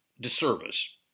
disservice